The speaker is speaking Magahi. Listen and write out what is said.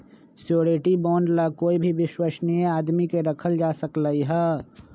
श्योरटी बोंड ला कोई भी विश्वस्नीय आदमी के रखल जा सकलई ह